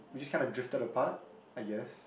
we just kind of drifted apart I guess